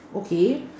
okay